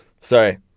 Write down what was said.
Sorry